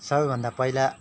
सबैभन्दा पहिला